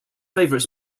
favourite